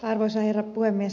arvoisa herra puhemies